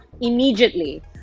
immediately